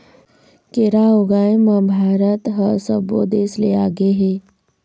केरा ऊगाए म भारत ह सब्बो देस ले आगे हे